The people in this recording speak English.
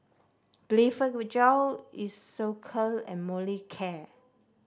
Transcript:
Blephagel Isocal and Molicare